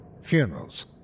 funerals